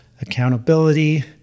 accountability